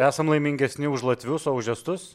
esam laimingesni už latvius o už estus